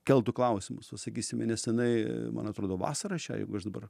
keltų klausimus va sakysime nesenai man atrodo vasarą šią jeigu aš dabar